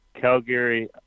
Calgary